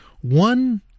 One